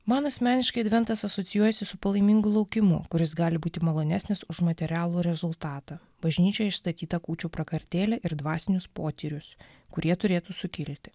man asmeniškai adventas asocijuojasi su palaimingu laukimu kuris gali būti malonesnis už materialų rezultatą bažnyčioj išstatytą kūčių prakartėlę ir dvasinius potyrius kurie turėtų sukilti